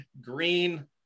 green